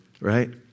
Right